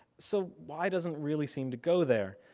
so, why doesn't really seem to go there,